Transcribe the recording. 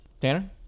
Tanner